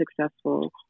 successful